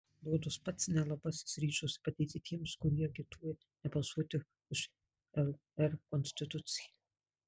rodos pats nelabasis ryžosi padėti tiems kurie agituoja nebalsuoti už lr konstituciją